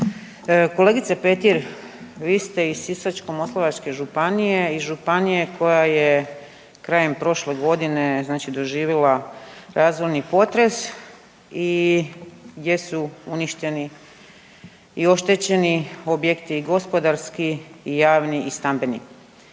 Kolegice Petir, vi ste iz Sisačko-moslavačke županije iz županije koja je krajem prošle godine, znači doživjela razorni potres i gdje su uništeni i oštećeni objekti i gospodarski i javni i stambeni.